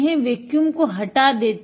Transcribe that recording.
wafer को हटा देते हैं